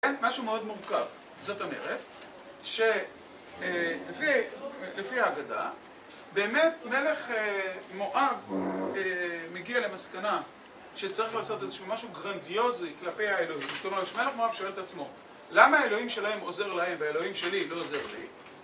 כן, משהו מאוד מורכב, זאת אומרת, שלפי האגדה, באמת מלך מואב מגיע למסקנה שצריך לעשות איזשהו משהו גרנדיוזי כלפי האלוהים, זאת אומרת מלך מואב שואל את עצמו, למה האלוהים שלהם עוזר להם והאלוהים שלי לא עוזר לי